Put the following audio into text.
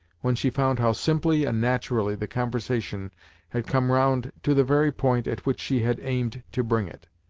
when she found how simply and naturally the conversation had come round to the very point at which she had aimed to bring it.